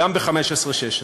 גם ב-15'-16'.